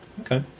Okay